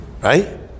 Right